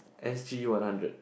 S_G one hundred